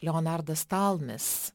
leonardas talmis